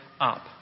up